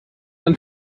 dann